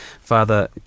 Father